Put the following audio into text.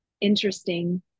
interesting